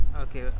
Okay